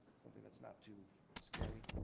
something that's not too scary.